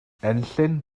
enllyn